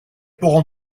pourront